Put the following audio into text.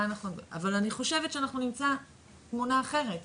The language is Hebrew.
אבל אני חושבת שאנחנו נמצא תמונה אחרת,